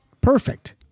Perfect